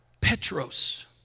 Petros